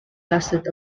lasted